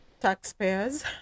taxpayers